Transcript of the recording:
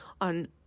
on